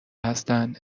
هستند